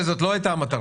זאת לא הייתה המטרה.